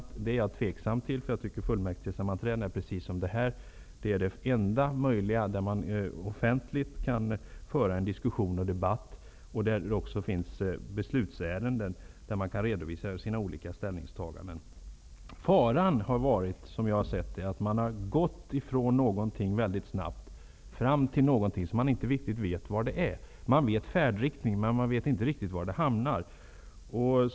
Det ställer jag mig tveksam till, eftersom jag anser att fullmäktigesammanträden -- precis som riksdagsammanträden -- är det enda forumet där man kan föra en offentlig diskussion, där man behandlar beslutsärenden och där man kan redovisa sina olika ställningstaganden. Faran har varit att man har gått ifrån någonting väldigt snabbt fram till något som man inte riktigt vet vad det är. Man vet färdriktningen, men man vet inte var det hela hamnar.